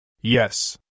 Yes